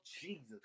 Jesus